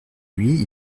lui